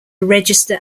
register